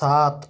सात